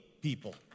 people